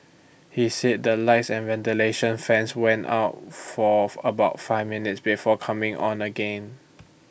he said the lights and ventilation fans went out for about five minutes before coming on again